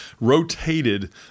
rotated